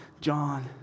John